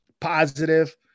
positive